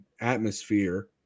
atmosphere